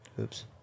oops